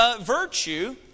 virtue